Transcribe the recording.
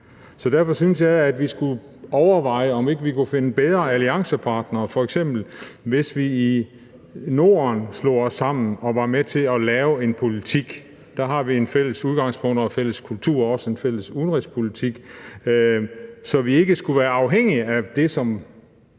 derfor synes jeg, at vi skulle overveje, om ikke vi kunne finde bedre alliancepartnere, f.eks. hvis vi i Norden slog os sammen og var med til at formulere en politik – der har vi et fælles udgangspunkt og en fælles kultur og også en fælles udenrigspolitik – så vi ikke skulle være afhængige af det, som